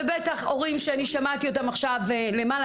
ובטח הורים שאני שמעתי אותם עכשיו למעלה